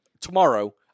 Tomorrow